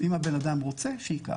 אם הבן אדם רוצה, שייקח.